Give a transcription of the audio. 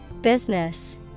Business